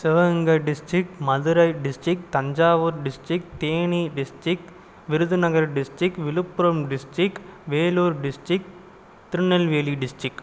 Sivaganga district Madurai district Thanjavur district Theni district Virudhunagar district Viluppuram district Vellore district Tirunelveli district